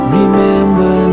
remember